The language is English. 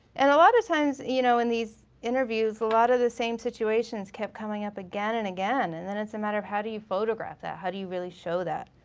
and a lotta times you know, in these interviews, a lotta the same situations kept coming up again and again and then it's a matter of how do you photograph that? how do you really show that?